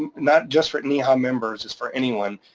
not just for neha um members, its for anyone.